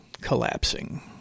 collapsing